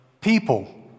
people